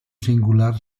singular